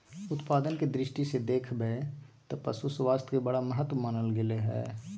उत्पादन के दृष्टि से देख बैय त पशु स्वास्थ्य के बड़ा महत्व मानल गले हइ